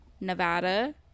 Nevada